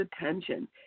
attention